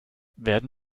werden